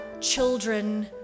children